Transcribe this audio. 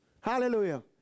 Hallelujah